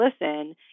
listen